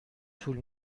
طول